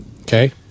Okay